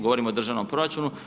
Govorimo o državnom proračunu.